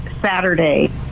Saturday